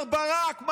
מר ברק,